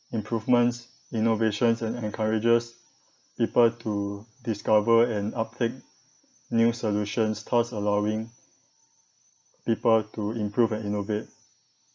improvements innovations and encourages people to discover and uptake new solutions thus allowing people to improve and innovate